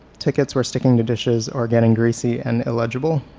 tickets were sticking to dishes or getting greasy and illegible.